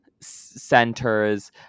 centers